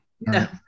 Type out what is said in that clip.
No